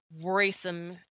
worrisome